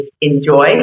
enjoy